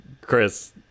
Chris